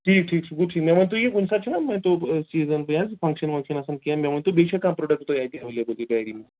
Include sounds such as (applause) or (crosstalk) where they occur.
ٹھیٖک ٹھیٖک چھُ گوٚو ٹھیٖک مےٚ ؤنۍتو یہِ کُنہِ ساتہٕ چھُنا میٛٲنۍ تَو یہِ سیٖزَن یہِ حظ فَنٛگشَن وَنٛکشَن آسان کیٚنٛہہ مےٚ ؤنۍتو بیٚیہِ چھا کانٛہہ پرٛوڈَکٹہٕ تۄہہِ اَتہِ ایٚویلیبٕل (unintelligible)